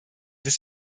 des